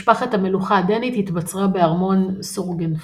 משפחת המלוכה הדנית התבצרה בארמון סורגנפרי.